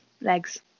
legs